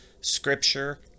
scripture